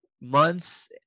months